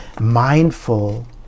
mindful